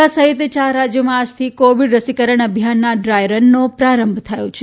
ગુજરાત સહિત ચાર રાજ્યોમાં આજથી કોવિડ રસીકરણ અભિયાનના ડ્રાય રનનો પ્રારંભ થયો છે